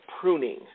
pruning